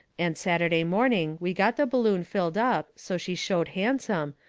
and saturday morning we got the balloon filled up so she showed handsome,